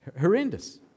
Horrendous